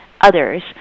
others